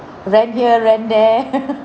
rent here rent there